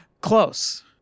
Close